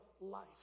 life